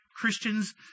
Christians